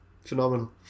phenomenal